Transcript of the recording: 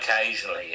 occasionally